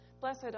Blessed